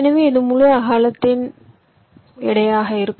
எனவே இது முழு அகலத்தின் எடையாக இருக்கும்